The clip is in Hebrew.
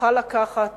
נוכל לקחת